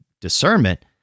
discernment